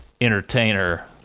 entertainer